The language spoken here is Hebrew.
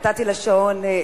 ובגלל זה אני נתתי לשעון להמשיך,